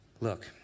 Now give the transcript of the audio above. Look